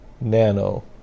Nano